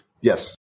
Yes